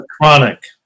chronic